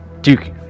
Duke